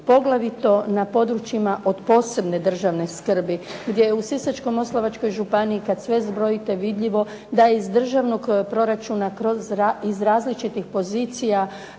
poglavito na područjima od posebne državne skrbi gdje je u Sisačko-moslavačkoj županiji kada sve zbrojite vidljivo da je iz državnog proračuna iz različitih pozicija